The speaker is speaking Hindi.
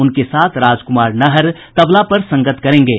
उनके साथ राज कुमार नाहर तबला पर संगत करेंगे